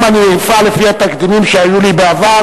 אם אני אפעל לפי התקדימים שהיו לי בעבר